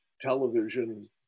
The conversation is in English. television